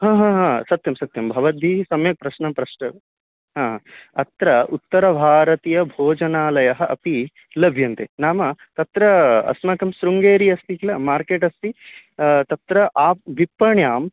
हा हा हा सत्यं सत्यं भवद्भिः सम्यक् प्रश्नं पृष्टं हा अत्र उत्तरभारतीयाः भोजनालयाः अपि लभ्यन्ते नाम तत्र अस्माकं शृङ्गेरिः अस्ति किल मार्केट् अस्ति तत्र आ विपण्याम्